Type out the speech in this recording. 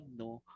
no